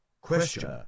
Question